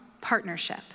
partnership